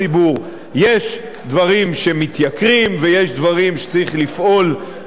יש דברים שמתייקרים ויש דברים שצריך לפעול להוזלתם,